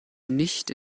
nicht